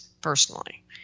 personally